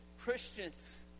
Christians